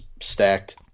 stacked